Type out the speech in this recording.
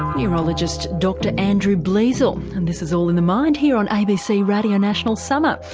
neurologist dr andrew bleasal. and this is all in the mind here on abc radio national summer,